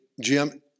Jim